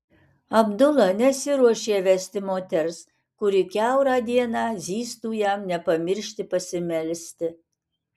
abdula nesiruošė vesti moters kuri kiaurą dieną zyztų jam nepamiršti pasimelsti